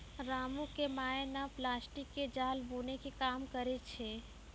रामू के माय नॅ प्लास्टिक के जाल बूनै के काम करै छै